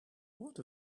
what